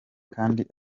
kandi